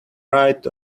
right